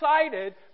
excited